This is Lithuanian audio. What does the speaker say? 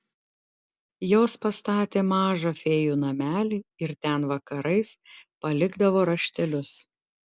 jos pastatė mažą fėjų namelį ir ten vakarais palikdavo raštelius